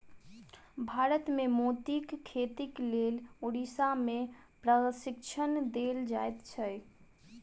भारत मे मोतीक खेतीक लेल उड़ीसा मे प्रशिक्षण देल जाइत छै